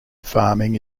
farming